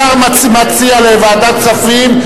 השר מציע לוועדת כספים,